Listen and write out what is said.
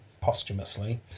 posthumously